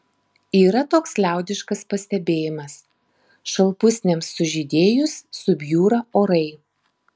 yra toks liaudiškas pastebėjimas šalpusniams sužydėjus subjūra orai